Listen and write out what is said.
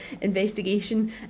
investigation